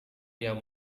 yang